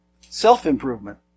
self-improvement